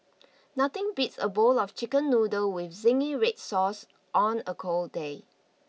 nothing beats a bowl of chicken noodles with Zingy Red Sauce on a cold day